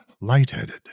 lightheaded